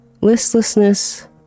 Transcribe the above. listlessness